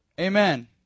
Amen